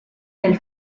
del